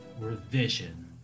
revision